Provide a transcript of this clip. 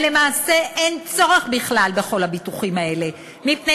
למעשה אין צורך בכלל בכל הביטוחים האלה, מפני